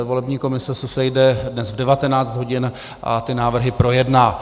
Volební komise se sejde dnes v 19 hodin a ty návrhy projedná.